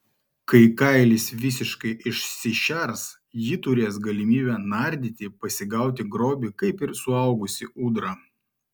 kai kailis visiškai išsišers ji turės galimybę nardyti pasigauti grobį kaip ir suaugusi ūdra